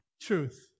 truth